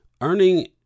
earning